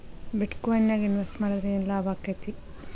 ಬಿಟ್ ಕೊಇನ್ ನ್ಯಾಗ್ ಇನ್ವೆಸ್ಟ್ ಮಾಡಿದ್ರ ಯೆನ್ ಲಾಭಾಕ್ಕೆತಿ?